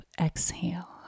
exhale